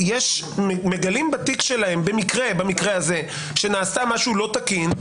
שמגלים בתיק שלהם במקרה הזה שנעשה משהו לא תקין.